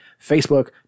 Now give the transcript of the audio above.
Facebook